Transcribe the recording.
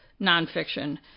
nonfiction